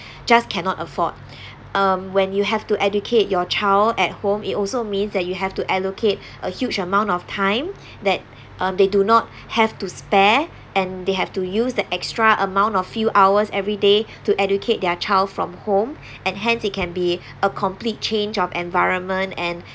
just cannot afford um when you have to educate your child at home it also means that you have to allocate a huge amount of time that um they do not have to spare and they have to use the extra amount of few hours every day to educate their child from home and hence it can be a complete change of environment and